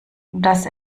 dass